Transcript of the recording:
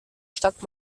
stadt